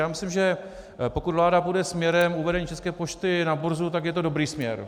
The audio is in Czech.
Já myslím, že pokud vláda půjde směrem uvedení České pošty na burzu, tak je to dobrý směr.